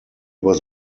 was